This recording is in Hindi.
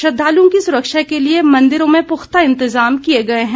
श्रद्धालुओं की सुरक्षा के लिए मंदिरों में पुख्ता इंतज़ाम किए गए हैं